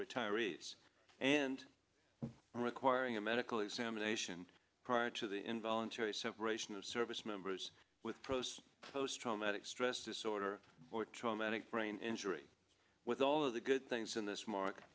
retirees and requiring a medical examination prior to the involuntary separation of service members with process post traumatic stress disorder or traumatic brain injury with all of the good things in this mark